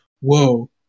whoa